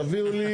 תביאו לי,